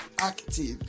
active